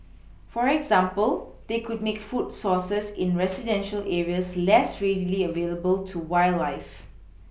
for example they could make food sources in residential areas less readily available to wildlife